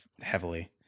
heavily